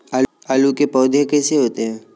आलू के पौधे कैसे होते हैं?